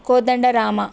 Kodandarama